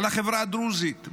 על החברה הדרוזית,